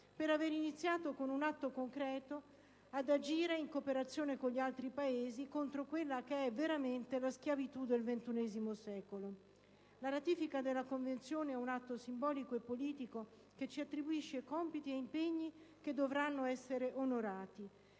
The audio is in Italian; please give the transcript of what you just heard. per aver iniziato con un atto concreto ad agire in cooperazione con gli altri Paesi contro quella che è veramente la schiavitù del ventunesimo secolo. La ratifica della Convenzione è un atto simbolico e politico che ci attribuisce compiti ed impegni che dovranno essere onorati.